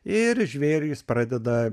ir žvėrys pradeda